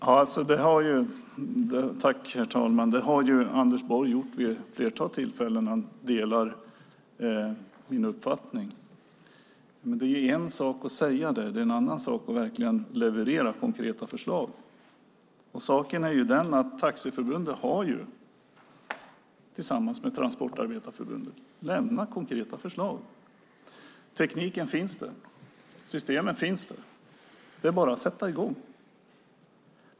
Herr talman! Delat min uppfattning har ju Anders Borg gjort vid ett flertal tillfällen. Men det är en sak att säga det, och det är en annan sak att verkligen leverera konkreta förslag. Saken är den att Taxiförbundet tillsammans med Transportarbetareförbundet har lämnat konkreta förslag. Tekniken finns där, och systemet finns där. Det är bara att sätta i gång.